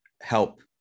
help